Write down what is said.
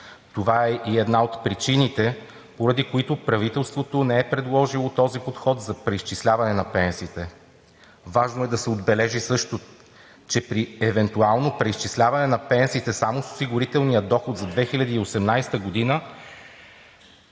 Това е и една от причините, поради които правителството не е предложило този подход за преизчисляване на пенсиите. Важно е да се отбележи също, че при евентуално преизчисляване на пенсиите само с осигурителния доход за 2018 г.